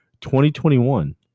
2021